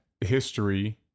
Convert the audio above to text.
history